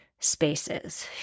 spaces